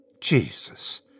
Jesus